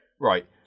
Right